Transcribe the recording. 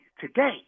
today